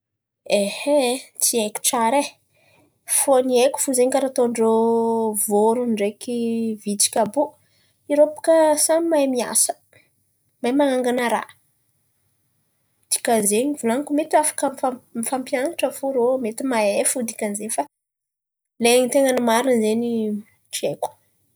Tsy haiko tsara fo ny haiko zen̈y karà ataon̈irô vôrono ndraiky vitsika àby io, irô bakà samy mahay miasa, mahay man̈angana raha. Dikan'zen̈y volan̈iko mety afaka mifampian̈atra fo ireo mety mahay fo dikan'zen̈y. Lay ten̈any marina zen̈y tsy haiko.